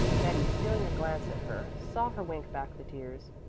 betty, stealing a glance at her, saw her wink back the tears.